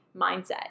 Mindset